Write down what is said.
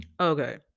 Okay